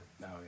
No